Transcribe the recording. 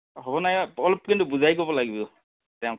হ'ব নাই অলপ কিন্তু বুজাই ক'ব লাগিব তেওঁক